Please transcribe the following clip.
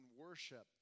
worship